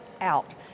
out